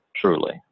Truly